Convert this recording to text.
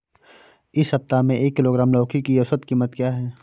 इस सप्ताह में एक किलोग्राम लौकी की औसत कीमत क्या है?